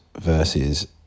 versus